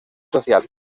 social